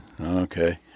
okay